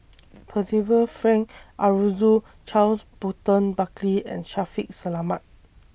Percival Frank Aroozoo Charles Burton Buckley and Shaffiq Selamat